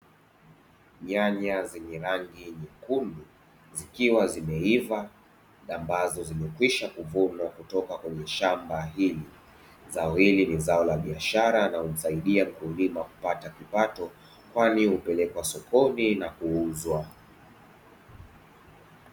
Nyanya zenye rangi nyekundu, zikiwa zimeaiva na ambazo zimekwisha kuvunwa kutoka kwenye shamba hili. Zao hili ni zao la biashara linalomsaidia mkulima kupata kipato kwani hupelekwa sokoni na kuuzwa.